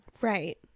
Right